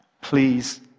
Please